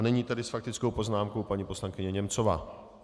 Nyní tedy s faktickou poznámkou paní poslankyně Němcová.